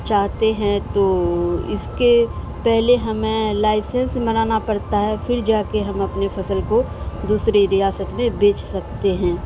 چاہتے ہیں تو اس کے پہلے ہمیں لائسنس منانا پڑتا ہے پھر جا کے ہم اپنے فصل کو دوسریے ریاست میں بیچ سکتے ہیں